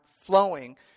flowing